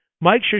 Mike